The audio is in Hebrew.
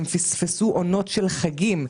הם פספסו עונות של חגים,